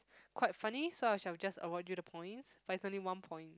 quite funny so I shall just award you the points but it's only one point